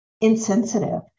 insensitive